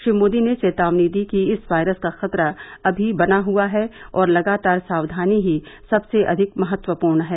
श्री मोदी ने चेतावनी दी कि इस वायरस का खतरा अभी बना हआ है और लगातार सावधानी ही सबसे अधिक महत्वपूर्ण है